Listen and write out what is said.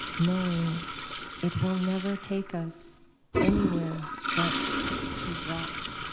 knowing it will never take us anywhere but to rot.